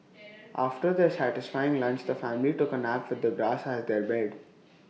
after their satisfying lunch the family took A nap with the grass as their bed